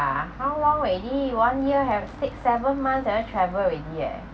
ya how long already one year have six seven months cannot travel already eh